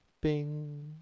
bing